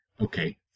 okay